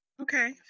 Okay